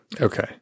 okay